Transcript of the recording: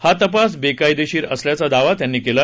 हा तपास बेकायदेशीर असल्याचा दावा त्यांनी केला